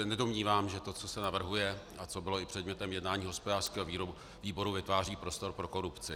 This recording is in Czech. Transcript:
Nedomnívám se, že to, co se navrhuje a co bylo i předmětem jednání hospodářského výboru, vytváří prostor pro korupci.